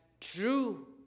true